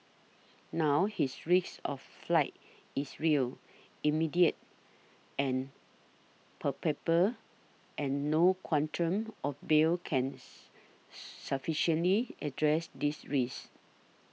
now his risk of flight is real immediate and palpable and no quantum of bail can sufficiently address this risk